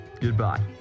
Goodbye